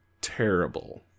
terrible